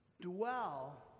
Dwell